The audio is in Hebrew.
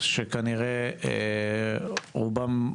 שכנראה רובם,